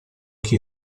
chi